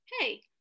hey